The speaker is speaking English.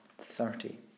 thirty